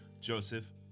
Joseph